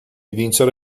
vincere